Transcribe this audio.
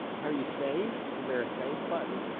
have you saved? is there a save button?